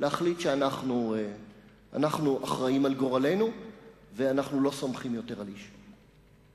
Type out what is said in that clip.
להחליט שאנחנו אחראים על גורלנו ואנחנו לא סומכים יותר על איש.